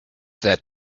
that